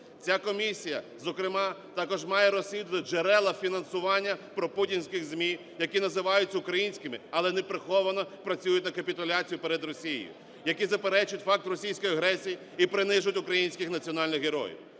Ця комісія, зокрема, також має розслідувати джерела фінансування пропутінських ЗМІ, які називаються українськими, але неприховано працюють на капітуляцію перед Росією, які заперечують факт російської агресії і принижують українських національних героїв.